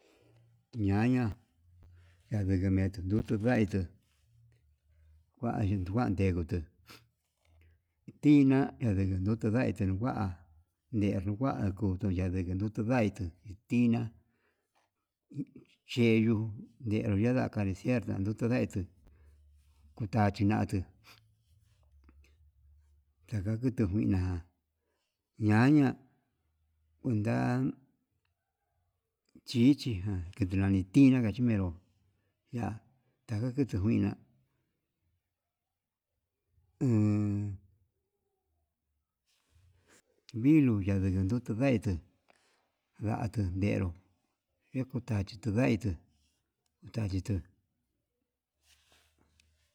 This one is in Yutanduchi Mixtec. Ñaña ñandekudutu nuku naitu vayenguo nguadegutu tiná adekutu yukunaitu nda'a ndedukua kuu nduku yande yekundaitu hi tiná cheyuu, nyero nda'a acariciar ndutu ndetuu kutachi natuu, ndakakutu kuina ñaña undan chichijan kuu nani tiná kachun, venró ya'á taka kutu kuina en viluu yandutu veitu, ndatu ñenró yeku tachi kudaitu tachitu.